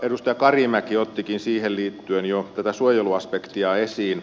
edustaja karimäki ottikin siihen liittyen jo tätä suojeluaspektia esiin